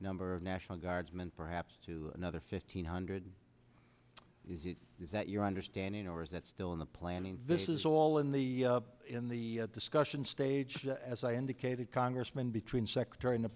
number of national guardsmen perhaps to another fifteen hundred is it is that your understanding or is that still in the planning visitors all in the in the discussion stage as i indicated congressman between